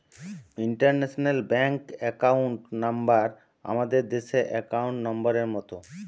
international bank account number আমাদের দেশের account নম্বরের মত